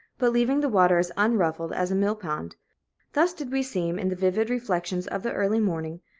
but leaving the water as unruffled as a mill-pond thus did we seem, in the vivid reflections of the early morning,